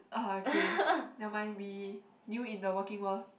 ah okay never mind we new in the working world